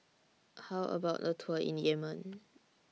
How about A Tour in Yemen